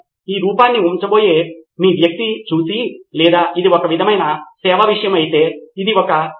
కాబట్టి లాగ్ మునుపటి సమాచారము తొలగించబడిన ఒక నిర్దిష్ట వ్యవధిలో ఉండవచ్చు లేదా సిస్టమ్ కోసం లాగ్ ఎలా నిర్వహించాలో మనము కొంత మార్గాన్ని కనుగొనాలి లేదా గుర్తించాలి